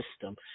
system